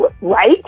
right